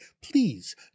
please